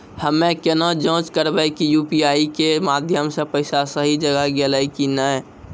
हम्मय केना जाँच करबै की यु.पी.आई के माध्यम से पैसा सही जगह गेलै की नैय?